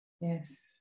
Yes